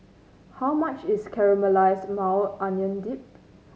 how much is Caramelized Maui Onion Dip